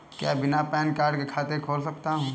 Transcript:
क्या मैं बिना पैन कार्ड के खाते को खोल सकता हूँ?